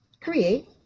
create